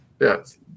Yes